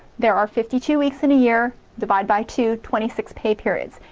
there are fifty two weeks in a year divide by two, twenty six pay periods.